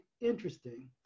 interesting